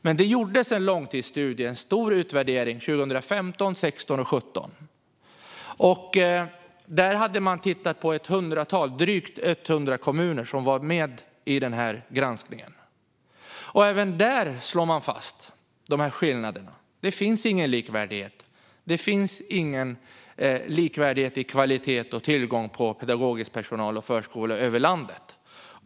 Men det gjordes en långtidsstudie 2015, 2016 och 2017. Det var en stor utvärdering. Drygt 100 kommuner var med i den granskningen. Även där slår man fast dessa skillnader. Det finns ingen likvärdighet. Det finns ingen likvärdighet i kvalitet och tillgång till pedagogisk personal och förskola över landet.